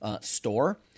store